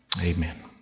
Amen